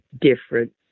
different